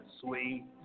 sweet